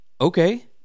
okay